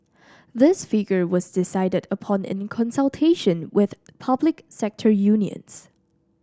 this figure was decided upon in consultation with public sector unions